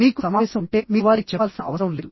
మీకు సమావేశం ఉంటే మీరు వారికి చెప్పాల్సిన అవసరం లేదు